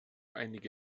einige